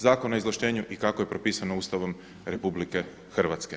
Zakona o izvlaštenju i kako je propisano Ustavom RH.